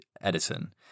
Edison